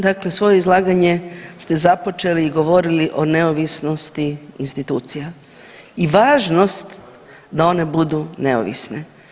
Dakle, svoje izlaganje ste započeli i govorili o neovisnosti institucija i važnost da one budu neovisne.